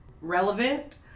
relevant